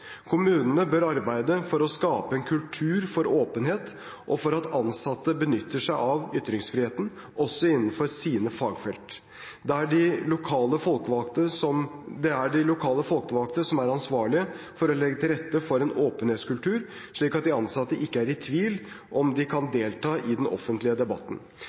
Kommunene bør arbeide for å skape en kultur for åpenhet og for at ansatte benytter seg av ytringsfriheten, også innenfor sine fagfelt. Det er de lokale folkevalgte som er ansvarlige for å legge til rette for en åpenhetskultur slik at de ansatte ikke er i tvil om at de kan delta i den offentlige debatten.